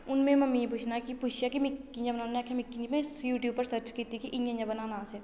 हून में मम्मी गी पुच्छना कि पुच्छचै कि मी कि'यां बनाना उ'नें आखेआ मिकी नी में यूट्यूब उप्पर सर्च कीती कि इ'यां इ'यां बनाना असें